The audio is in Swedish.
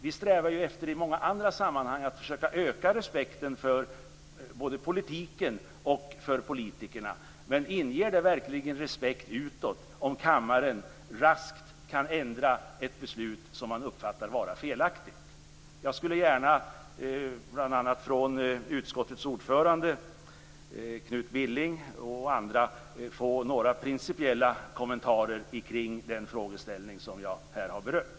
Vi strävar ju i många andra sammanhang efter att försöka öka respekten för både politiken och för politikerna, men inger det verkligen respekt utåt om kammaren raskt kan ändra ett beslut som man uppfattar vara felaktigt? Jag skulle gärna, bl.a. från utskottets ordförande Knut Billing och andra, få några principiella kommentarer kring den frågeställning som jag här har berört.